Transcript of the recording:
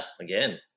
again